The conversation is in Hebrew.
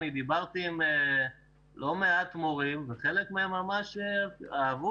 אני דיברתי עם לא מעט מורים וחלק מהם ממש אהבו,